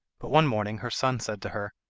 but one morning her son said to her,